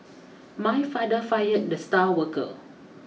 my father fired the star worker